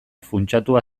funtsatua